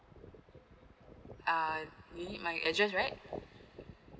[ah[ you need my address right